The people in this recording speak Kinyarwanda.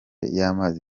y’amazi